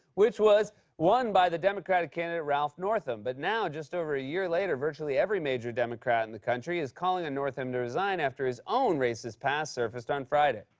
which was won by the democratic candidate, ralph northam. but now, just over a year later, virtually every major democrat in the country is calling on northam to resign after his own racist past surfaced on friday.